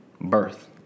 birth